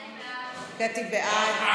קטי, בעד.